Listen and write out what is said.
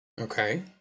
Okay